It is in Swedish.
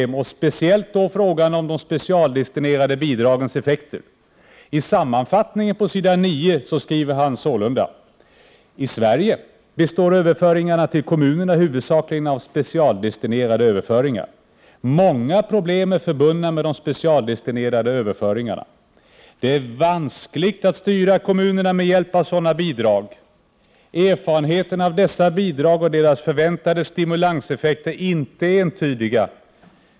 Det gäller då speciellt frågan om de specialdestinerade bidragens effekter. I sammanfattningen på s. 9 skriver han sålunda: ”TI Sverige består överföringarna till kommunerna huvudsakligen av specialdestinerade överföringar. Många problem är förbundna med de specialdestinerade överföringarna. Det är vanskligt att styra kommunerna med hjälp av sådana bidrag. Erfarenheterna av dessa bidrag och deras förväntade stimulanseffekt är inte entydiga.